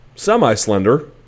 Semi-slender